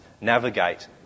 navigate